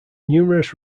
numerous